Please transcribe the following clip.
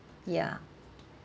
ya